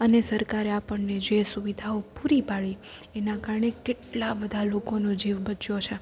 અને સરકારે આપણને જે સુવિધાઓ પૂરી પાડી એના કારણે કેટલાં બધાં લોકોનો જીવ બચ્યો છે